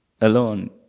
alone